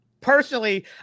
personally